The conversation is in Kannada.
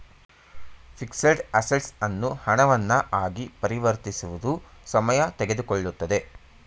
ಫಿಕ್ಸಡ್ ಅಸೆಟ್ಸ್ ಅನ್ನು ಹಣವನ್ನ ಆಗಿ ಪರಿವರ್ತಿಸುವುದು ಸಮಯ ತೆಗೆದುಕೊಳ್ಳುತ್ತದೆ